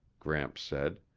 gramps said.